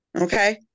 okay